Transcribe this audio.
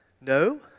no